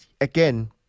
again